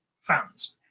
fans